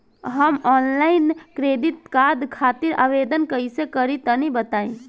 हम online credit card खातिर आवेदन कइसे करि तनि बताई?